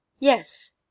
Yes